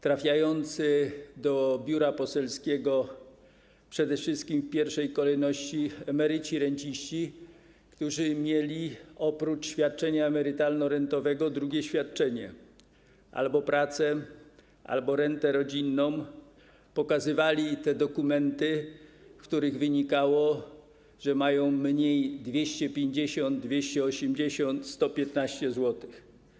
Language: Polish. Trafiający do biura poselskiego przede wszystkim w pierwszej kolejności emeryci, renciści, którzy mieli oprócz świadczenia emerytalno-rentowego drugie świadczenie albo pracę, albo rentę rodzinną, pokazywali dokumenty, z których wynikało, że mają mniej o 250 zł, 280 zł, 115 zł.